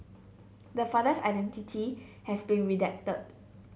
the father's identity has been redacted